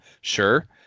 Sure